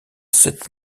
sept